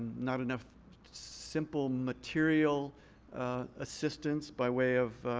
not enough simple material assistance by way of